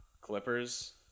Clippers